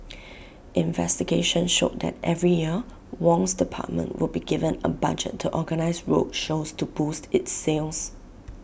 investigation showed that every year Wong's department would be given A budget to organise road shows to boost its sales